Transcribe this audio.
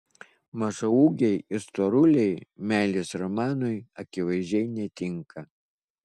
mažaūgiai ir storuliai meilės romanui akivaizdžiai netinka